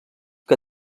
que